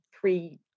three